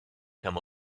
come